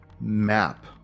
map